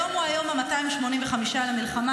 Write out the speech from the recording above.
היום הוא היום ה-285 למלחמה.